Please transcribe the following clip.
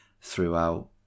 throughout